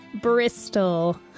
Bristol